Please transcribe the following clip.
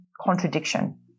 contradiction